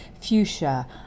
fuchsia